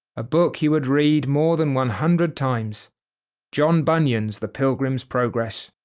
a book he would read more than one hundred times john bunyan's, the pilgrims progress.